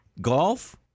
Golf